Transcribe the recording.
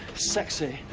sexy,